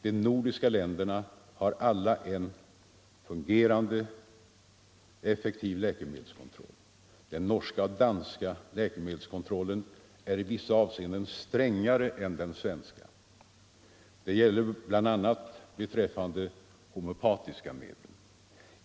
De nordiska länderna har alla en fungerande, effektiv läkemedelskontroll. Den norska och den danska läkemedelskontrollen är i vissa avseenden strängare än den svens 29 ka. Det gäller bl.a. beträffande homeopatiska medel.